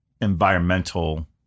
environmental